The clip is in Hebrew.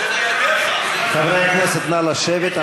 חברי הכנסת, נא לשבת.